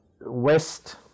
west